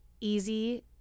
easy